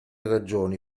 ragioni